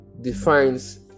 defines